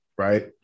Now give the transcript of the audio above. Right